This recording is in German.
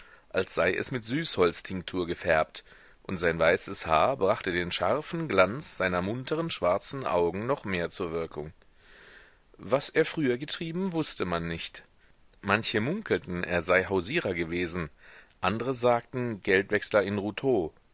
als sei es mit süßholztinktur gefärbt und sein weißes haar brachte den scharfen glanz seiner munteren schwarzen augen noch mehr zur wirkung was er früher getrieben wußte man nicht manche munkelten er sei hausierer gewesen andre sagten geldwechsler in routot